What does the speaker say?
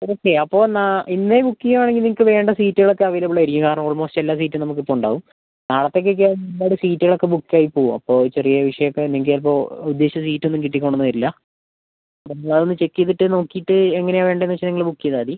okay അപ്പോൾ എന്നാൽ ഇന്നേ ബുക്ക് ചെയ്യുകയാണെങ്കിൽ നിങ്ങൾക്ക് വേണ്ട സീറ്റുകളൊക്കെ അവൈലബിൾ ആയിരിക്കും കാരണം ഓൾമോസ്റ്റ് എല്ലാ സീറ്റും നമുക്ക് ഇപ്പോൾ ഉണ്ടാവും നാളത്തേക്ക് ഒക്കെ ആവുമ്പോൾ സീറ്റുകളൊക്കെ ബുക്ക് ആയി പോവും അപ്പോൾ ചെറിയ വിഷയം ഒക്കെ ഉണ്ടെങ്കിൽ ചിലപ്പോൾ ഉദ്ദേശിച്ച സീറ്റ് ഒന്നും കിട്ടിക്കോണമെന്ന് വരില്ല അപ്പോൾ സാർ ഒന്ന് ചെക്ക് ചെയ്തിട്ട് നോക്കിയിട്ട് എങ്ങനെയാണ് വേണ്ടതെന്ന് വെച്ചാൽ നിങ്ങൾ ബുക്ക് ചെയ്താൽ മതി